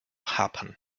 happen